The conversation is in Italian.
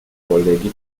colleghi